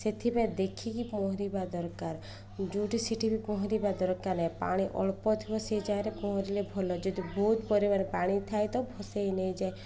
ସେଥିପାଇଁ ଦେଖିକି ପହଁରିବା ଦରକାର ଯୋଉଠି ସେଠି ବି ପହଁରିବା ଦରକାର ନାହିଁ ପାଣି ଅଳ୍ପ ଥିବ ସେ ଜାଗାରେ ପହଁରିଲେ ଭଲ ଯଦି ବହୁତ ପରିମାଣରେ ପାଣି ଥାଏ ତ ଭସେଇ ନେଇଯାଏ